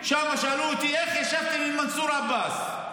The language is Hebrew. שאלו אותי: איך ישבתם עם מנסור עבאס?